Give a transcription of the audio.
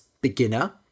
beginner